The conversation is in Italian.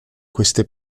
queste